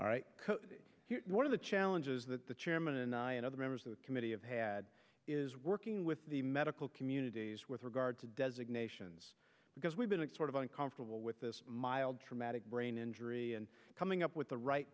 right one of the challenges that the chairman and i and other members of the committee have had is working with the medical communities with regard to designations because we've been exporting confortable with this mild traumatic brain injury and coming up with the right